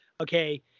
Okay